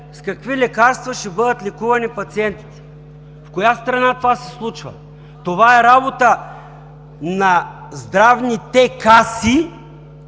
с какви лекарства ще бъдат лекувани пациентите?! В коя страна това се случва? Това е работа на здравните каси